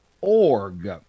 org